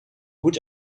goed